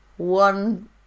one